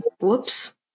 Whoops